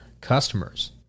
customers